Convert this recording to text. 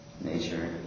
nature